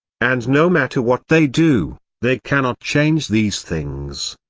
and no matter what they do, they cannot change these things.